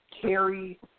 carry –